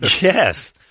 Yes